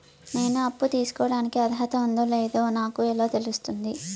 నేను అప్పు తీసుకోడానికి అర్హత ఉందో లేదో నాకు ఎలా తెలుస్తుంది?